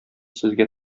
сезгә